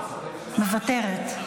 מוותרת.